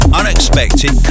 unexpected